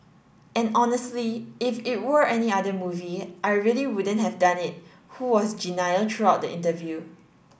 and honestly if it were any other movie I really wouldn't have done it who was genial throughout the interview